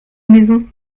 maison